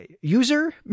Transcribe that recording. user